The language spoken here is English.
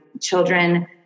children